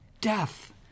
Death